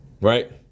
Right